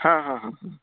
हां हां हां